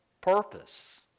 purpose